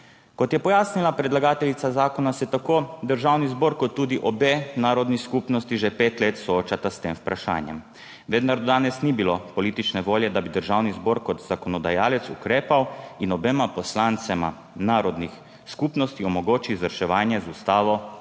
Kot je pojasnila predlagateljica zakona, se tako Državni zbor kot tudi obe narodni skupnosti že pet let soočajo s tem vprašanjem, vendar do danes ni bilo politične volje, da bi Državni zbor kot zakonodajalec ukrepal in obema poslancema narodnih skupnosti omogočil izvrševanje z ustavo določenih